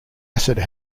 acid